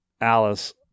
Alice